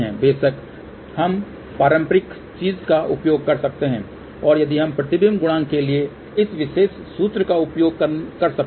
बेशक हम पारंपरिक चीज़ का उपयोग कर सकते हैं और यही हम प्रतिबिंब गुणांक के लिए इस विशेष सूत्र का उपयोग कर सकते हैं